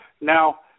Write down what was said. Now